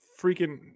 freaking